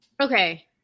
okay